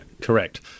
correct